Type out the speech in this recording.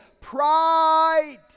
Pride